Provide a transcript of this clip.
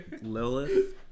Lilith